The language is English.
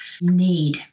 need